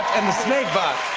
and the snake bot.